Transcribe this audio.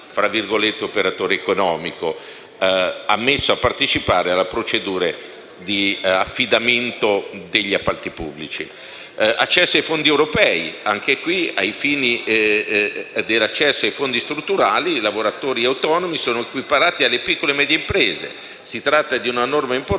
nel concetto di «operatore economico» ammesso a partecipare alle procedure di affidamento degli appalti pubblici. Per quanto riguarda l’accesso ai fondi europei, ai fini dell’accesso ai fondi strutturali, i lavoratori autonomi sono equiparati alle piccole e medie imprese. Si tratta di una norma importante